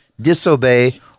disobey